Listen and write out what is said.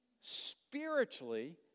spiritually